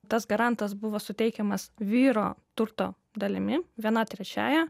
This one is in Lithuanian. tas garantas buvo suteikiamas vyro turto dalimi viena trečiąja